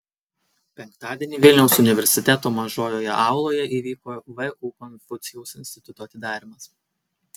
penktadienį vilniaus universiteto mažojoje auloje įvyko vu konfucijaus instituto atidarymas